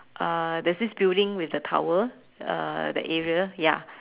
uh there's this building with the tower uh that area ya